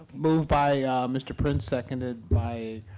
move by mr. prince, seconded by